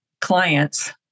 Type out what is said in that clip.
clients